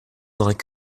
like